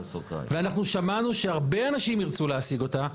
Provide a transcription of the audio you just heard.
ואנחנו שמענו שהרבה אנשים ירצו להשיג אותה,